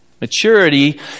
Maturity